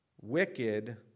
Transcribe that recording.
wicked